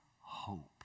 hope